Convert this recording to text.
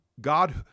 God